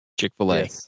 Chick-fil-A